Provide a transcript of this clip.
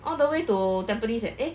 all the way to tampines leh eh